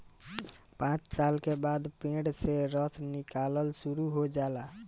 पांच साल के बाद पेड़ से रस निकलल शुरू हो जाला